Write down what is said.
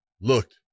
looked